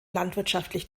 landwirtschaftlich